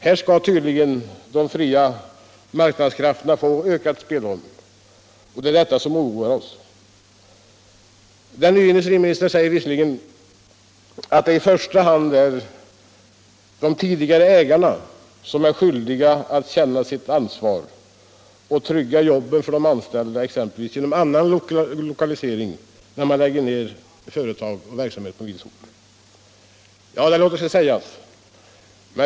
Här skall tydligen de fria marknadskrafterna få ökat spelrum, och det är detta som oroar oss. Den nye industriministern säger visserligen att det i första hand är de tidigare ägarna som är skyldiga att känna sitt ansvar och trygga jobben för de anställda, exempelvis genom annan lokalisering, när de lägger ned verksamheten på en ort. Ja, det låter sig sägas.